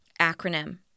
acronym